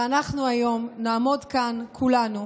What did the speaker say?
ואנחנו היום נעמוד כאן כולנו,